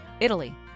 Italy